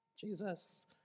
Jesus